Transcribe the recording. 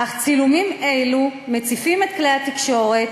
אך צילומים אלו מציפים את כלי התקשורת